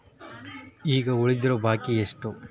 ಈಗ ಉಳಿದಿರೋ ಬಾಕಿ ಎಷ್ಟು?